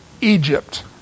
Egypt